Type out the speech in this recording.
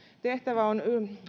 tehtävä on